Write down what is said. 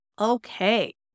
Okay